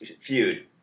feud